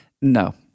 No